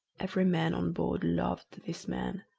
every man on board loved this man,